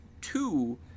Two